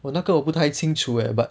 我那个我不太清楚 leh but